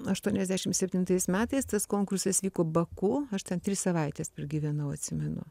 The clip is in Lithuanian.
aštuoniasdešim septintais metais tas konkursas vyko baku aš ten tris savaites pragyvenau atsimenu